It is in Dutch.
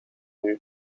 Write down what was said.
uur